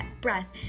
breath